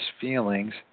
feelings